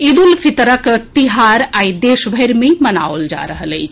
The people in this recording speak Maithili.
ईद उल फितरक तिहार आई देशभरि मे मनाओल जा रहल अछि